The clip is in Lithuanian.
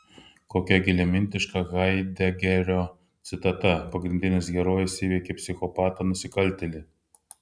kokia giliamintiška haidegerio citata pagrindinis herojus įveikė psichopatą nusikaltėlį